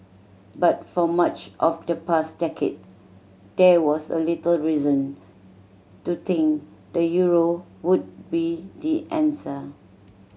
but for much of the past decades there was a little reason to think the euro would be the answer